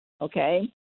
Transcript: okay